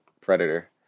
Predator